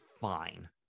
fine